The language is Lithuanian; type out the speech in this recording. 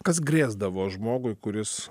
kas grėsdavo žmogui kuris